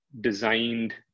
designed